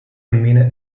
amino